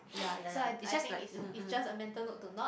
so I I think is is just a mental note to not